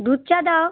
দুধ চা দাও